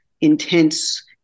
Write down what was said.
intense